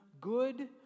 good